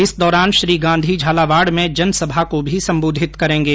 इस दौरान श्री गांधी झालावाड़ में जन सभा को भी सम्बोधित करेंगे